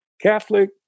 Catholic